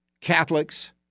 Catholics